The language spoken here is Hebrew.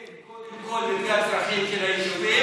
קודם כול לתכנן לפי הצרכים של היישובים,